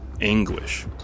anguish